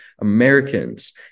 Americans